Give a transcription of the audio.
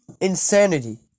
Insanity